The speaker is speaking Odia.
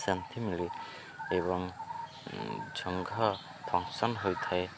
ଶାନ୍ତି ମିଳୁ ଏବଂ ଜଙ୍ଘ ଫଙ୍କସନ୍ ହୋଇଥାଏ